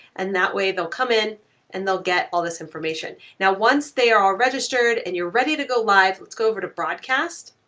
and that way they'll come in and they'll get all this information. now once they are registered and you're ready to go live, let's go over to broadcast.